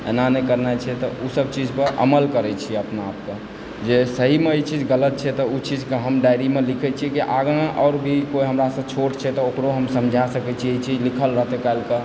एना नहि करना छै तऽ ओसभ चीज पर अमल करय छी अपनाआपकऽ जे सहीमे ई चीज गलत छै तऽ ओ चीजकेँ हम डायरीमे लिखै छियै कि आगाँ आओर भी हमरासँ कोई छोट छै तऽ ओकरो हम समझा सकय छी चीज लिखल रहतै काल्हिकऽ